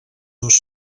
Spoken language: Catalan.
dos